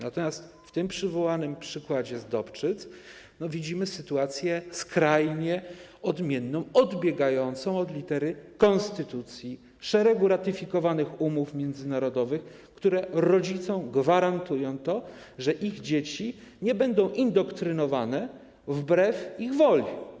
Natomiast w przywołanym przykładzie z Dobczyc widzimy sytuację skrajnie odmienną, odbiegającą od litery konstytucji, szeregu ratyfikowanych umów międzynarodowych, które gwarantują rodzicom to, że ich dzieci nie będą indoktrynowane wbrew ich woli.